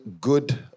good